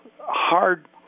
hard